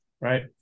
right